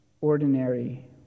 ordinary